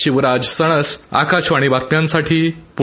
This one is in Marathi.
शिवराज सणस आकाशवाणी बातम्यांसाठी पुणे